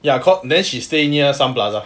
ya cause then she stay near sun plaza